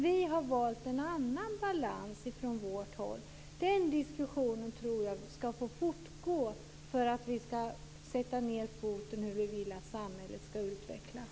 Vi har valt en annan balans från vårt håll. Den diskussionen tror jag skall få fortgå för att vi skall kunna sätta ned foten om hur vi vill att samhället skall utvecklas.